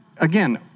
Again